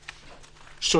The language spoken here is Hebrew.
8(א)(3)